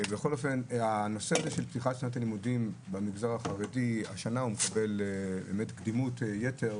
הנושא של פתיחת שנת הלימודים במגזר החרדים השנה מקבל קדימות יתר,